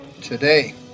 today